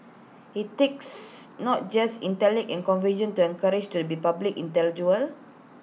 IT takes not just intellect and conviction to an courage to be A public intellectual